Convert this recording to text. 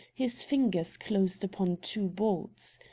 his fingers closed upon two bolts.